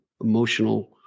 emotional